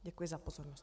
Děkuji za pozornost.